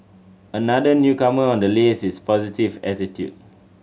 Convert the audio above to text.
another newcomer on the list is positive attitude